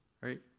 right